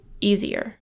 easier